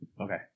Okay